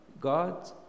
God